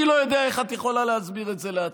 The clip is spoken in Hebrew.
אני לא יודע איך את יכולה להסביר את זה לעצמך.